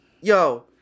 yo